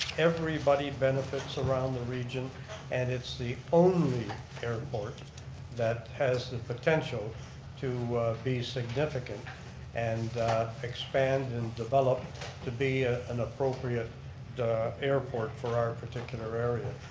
everybody benefits around the region and it's the only airport that has the potential to be significant and expand and develop to be ah an appropriate airport for our particular area.